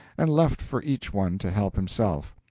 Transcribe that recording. and left for each one to help himself.